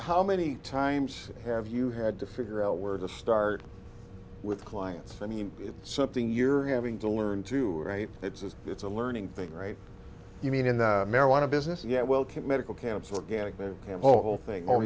how many times have you had to figure out where to start with clients i mean it's something you're having to learn to write it's it's a learning thing right you mean in the marijuana business yeah well keep medical camps organic ham whole thing o